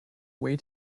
way